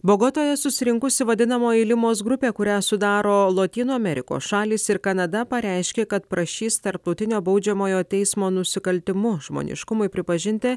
bogotoje susirinkusi vadinamoji limos grupė kurią sudaro lotynų amerikos šalys ir kanada pareiškė kad prašys tarptautinio baudžiamojo teismo nusikaltimu žmoniškumui pripažinti